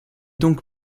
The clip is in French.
donc